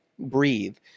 breathe